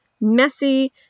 messy